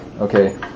Okay